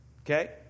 Okay